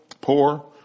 poor